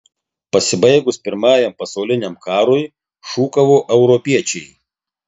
pasibaigus pirmajam pasauliniam karui šūkavo europiečiai